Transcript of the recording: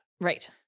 Right